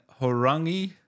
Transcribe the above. Horangi